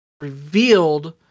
revealed